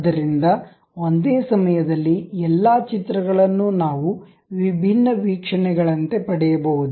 ಆದ್ದರಿಂದ ಒಂದೇ ಸಮಯದಲ್ಲಿ ಎಲ್ಲಾ ಚಿತ್ರಗಳನ್ನು ನಾವು ವಿಭಿನ್ನ ವೀಕ್ಷಣೆಗಳಂತೆ ಪಡೆಯಬಹುದು